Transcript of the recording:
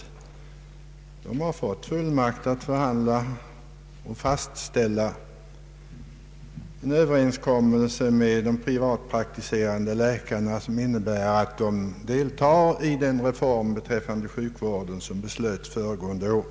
Kungl. Maj:t har fått full makt att fastställa överenskommelse med de privatpraktiserande läkarna innebärande att de skall delta i den reform som beslöts föregående år.